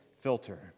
filter